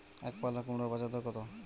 একপাল্লা কুমড়োর বাজার দর কত?